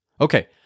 Okay